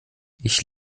ich